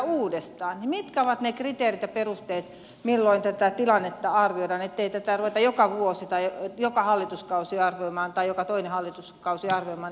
mitkä ovat ne kriteerit ja perusteet milloin tätä tilannetta arvioidaan ettei tätä ruveta joka vuosi tai joka hallituskausi tai joka toinen hallituskausi arvioimaan aina uudestaan